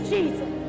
Jesus